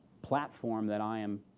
platform that i am,